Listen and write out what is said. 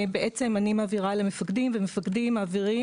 מעבר לתפקידים הפורמליים